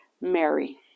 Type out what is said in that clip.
Mary